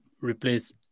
replace